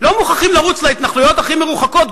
לא מוכרחים לרוץ להתנחלויות הכי מרוחקות,